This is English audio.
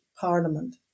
Parliament